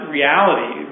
reality